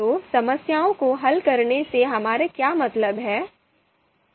तो समस्याओं को हल करने से हमारा क्या मतलब है